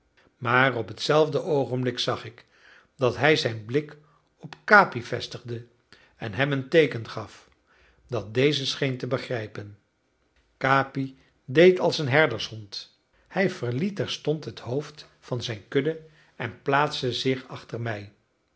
maar op hetzelfde oogenblik zag ik dat hij zijn blik op capi vestigde en hem een teeken gaf dat deze scheen te begrijpen capi deed als een herdershond hij verliet terstond het hoofd van zijn kudde en plaatste zich achter mij